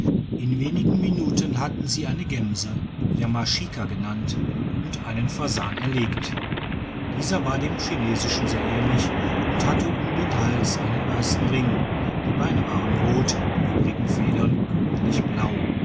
in wenigen minuten hatten sie eine gemse yamashika genannt und einen fasan erlegt dieser war dem chinesischen sehr ähnlich und hatte um den hals einen weissen ring die beine waren rot die übrigen federn grünlich blau